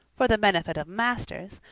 for the benefit of masters,